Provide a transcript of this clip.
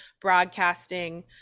broadcasting